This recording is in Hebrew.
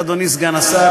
אדוני סגן השר,